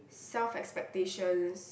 self expectations